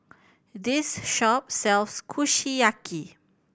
this shop sells Kushiyaki